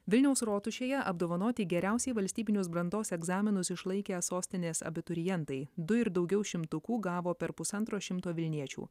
vilniaus rotušėje apdovanoti geriausiai valstybinius brandos egzaminus išlaikę sostinės abiturientai du ir daugiau šimtukų gavo per pusantro šimto vilniečių